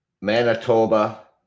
Manitoba